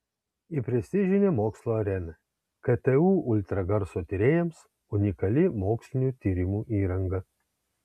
į prestižinę mokslo areną ktu ultragarso tyrėjams unikali mokslinių tyrimų įranga